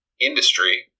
industry